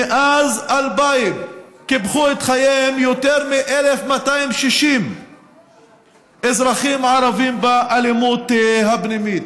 מאז 2000 קיפחו את חייהם יותר מ-1,260 אזרחים ערבים באלימות הפנימית.